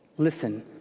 Listen